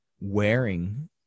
wearing